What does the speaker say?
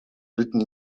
written